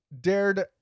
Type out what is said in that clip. dared